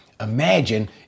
Imagine